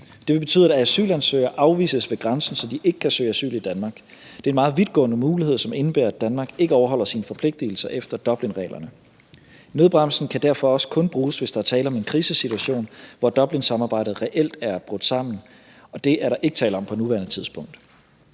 Det vil betyde, at asylansøgere afvises ved grænsen, så de ikke kan søge asyl i Danmark; det er en meget vidtgående mulighed, som indebærer, at Danmark ikke overholder sine forpligtelser efter Dublinreglerne. Nødbremsen kan derfor også kun bruges, hvis der er tale om en krisesituation, hvor Dublinsamarbejdet reelt er brudt sammen, og det er der ikke tale om på nuværende tidspunkt.